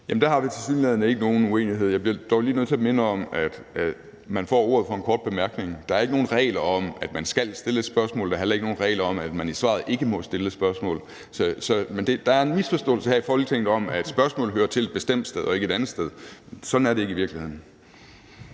(LA): Der har vi tilsyneladende ikke nogen uenighed. Jeg bliver dog lige nødt til at minde om, at man får ordet for en kort bemærkning. Der er ikke nogen regler om, at man skal stille et spørgsmål. Der er heller ikke nogen regler om, at man i sit svar ikke må stille et spørgsmål. Der er en misforståelse her i Folketinget om, at spørgsmål hører til et bestemt sted og ikke et andet sted. Sådan er det ikke i virkeligheden.